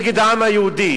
נגד העם היהודי.